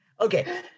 okay